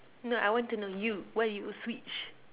no I want to know you why you switch